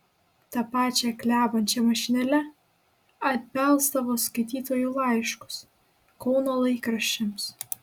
ta pačia klebančia mašinėle atbelsdavo skaitytojų laiškus kauno laikraščiams